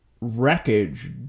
wreckage